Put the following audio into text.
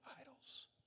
idols